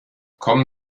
kommen